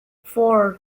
four